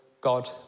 God